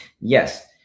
Yes